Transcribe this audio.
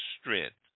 strength